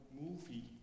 movie